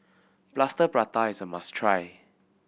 Plaster Prata is a must try